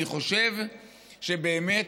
אני חושב שבאמת,